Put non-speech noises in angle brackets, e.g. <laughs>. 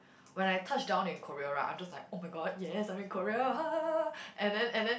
when I touched down in Korea right I'm just like oh-my-god yes I'm in Korea <laughs> and then and then